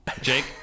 jake